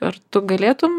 ar tu galėtum